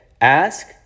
Ask